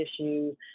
issues